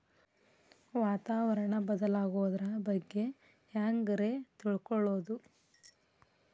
ವಾತಾವರಣ ಬದಲಾಗೊದ್ರ ಬಗ್ಗೆ ಹ್ಯಾಂಗ್ ರೇ ತಿಳ್ಕೊಳೋದು?